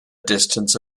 distance